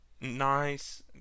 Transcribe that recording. nice